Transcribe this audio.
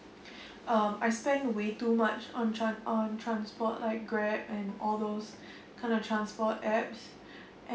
uh I spend way too much on trans~ on transport like grab and all those kind of transport apps